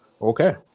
Okay